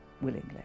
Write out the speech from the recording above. willingly